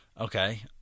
Okay